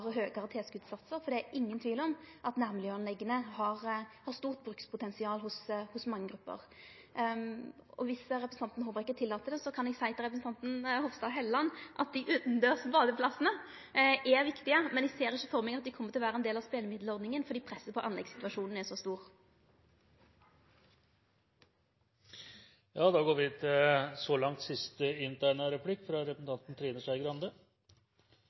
for stort brukspotensial hos mange grupper. Viss representanten Håbrekke tillèt det, kan eg seie til representanten Hofstad Helleland at dei utandørs badeplassane er viktige. Men eg ser ikkje for meg at dei kjem til å vere ein del av spelemiddelordninga fordi presset på anleggssituasjonen er så stort. Jeg tør ikke å gamble på at jeg får to replikker, så jeg skal prøve meg på to spørsmål i samme replikk.